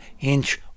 inch